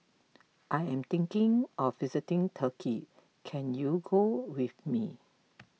I am thinking of visiting Turkey can you go with me